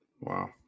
Wow